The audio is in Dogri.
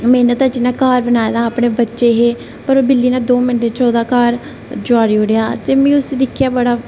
मैह्नत कन्नै अपना घर बनाए दा हा अपने बच्चे हे पर ओह् बिल्ली ने दो मिन्टें च ओह्दा घर जुआड़ी ओड़ेआ ते मिगी उसी दिक्खियै बड़ा